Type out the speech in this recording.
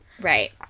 Right